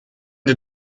der